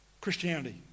Christianity